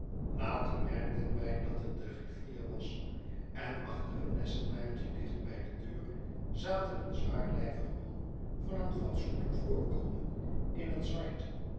later merkten wij dat het de griffier was en achter een lessenaartje dicht bij de deur zaten een zwaarlijvig man van een fatsoenlijk voorkomen in het zwart